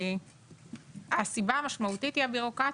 והסיבה המשמעותית היא הביורוקרטיה.